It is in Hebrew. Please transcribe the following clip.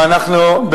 ואנחנו,